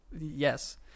yes